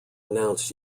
announced